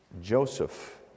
Joseph